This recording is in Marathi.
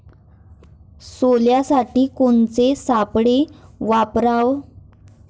सोल्यासाठी कोनचे सापळे वापराव?